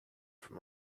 for